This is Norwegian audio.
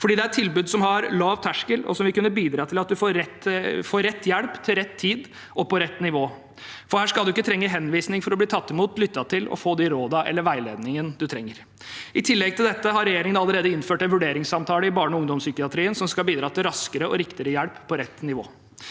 Det er tilbud som har lav terskel, og som vil kunne bidra til at du får rett hjelp til rett tid og på rett nivå, for her skal du ikke trenge henvisning for å bli tatt imot, lyttet til og få de rådene eller den veiledningen du trenger. I tillegg til dette har regjeringen allerede innført en vurderingssamtale i barne- og ungdomspsykiatrien, som skal bidra til raskere og riktigere hjelp på rett nivå.